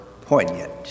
poignant